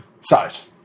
size